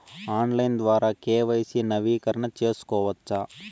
Online ద్వారా KYC నవీకరణ సేసుకోవచ్చా?